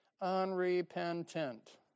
Unrepentant